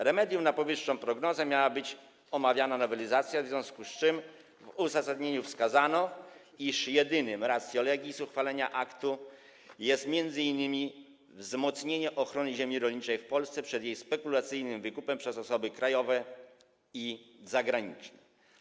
Remedium na powyższą prognozę miała być omawiana nowelizacja, w związku z czym w uzasadnieniu wskazano, iż jedynym ratio legis uchwalenia aktu jest m.in. wzmocnienie ochrony ziemi rolniczej w Polsce przed jej spekulacyjnym wykupem przez osoby krajowe i zagraniczne.